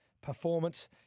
performance